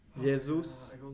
Jesus